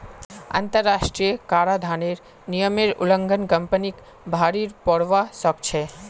अंतरराष्ट्रीय कराधानेर नियमेर उल्लंघन कंपनीक भररी पोरवा सकछेक